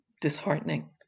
disheartening